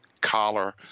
collar